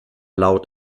laut